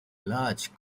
large